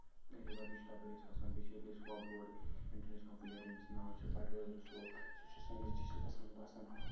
river تہِ چھُ تَپٲر اَسہِ وَسان بیٚیہِ چھُ ییٚتہِ اَسہِ بوڑ انٹرنیشنل پٕلیر ییٚمِس ناو چھُ پرویز رسول سُہ چھُ سٲنِس ڈسٹرکٹس منٛز بَسان